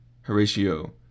Horatio